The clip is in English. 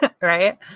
Right